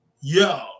yo